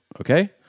okay